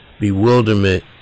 bewilderment